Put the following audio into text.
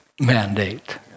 mandate